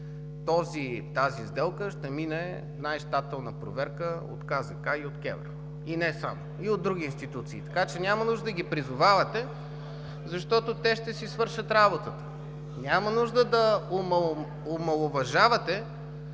тази сделка ще мине през най-щателна проверка от КЗК и КЕВР, и не само – и от други институции. Така че няма нужда да ги призовавате, защото те ще си свършат работата. Няма нужда да омаловажавате